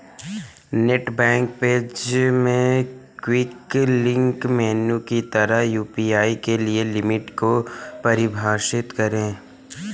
net bank page में quick links menu के तहत यू.पी.आई के लिए लिमिट को परिभाषित करें